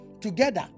together